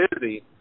busy